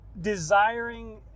desiring